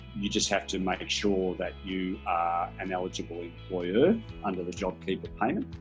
you just have to make sure that you are an eligible employer under the jobkeeper payment